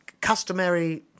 Customary